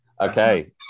Okay